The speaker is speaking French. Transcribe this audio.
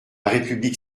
république